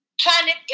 planet